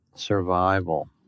Survival